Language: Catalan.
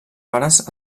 pares